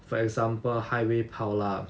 for example highway pile up